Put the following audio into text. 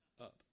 up